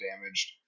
damaged